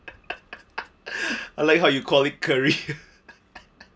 I like it how you call it curry